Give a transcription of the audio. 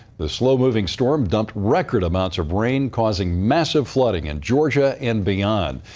the slow-moving storm dumped record amounts of rain, causing massive flooding in georgia and beyond.